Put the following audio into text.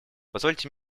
позвольте